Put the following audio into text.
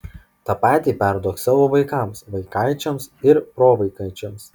tą patį perduok savo vaikams vaikaičiams ir provaikaičiams